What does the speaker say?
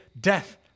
death